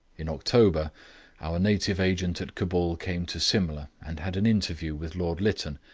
in october our native agent at cabul came to simla and had an interview with lord lytton,